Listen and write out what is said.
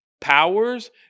powers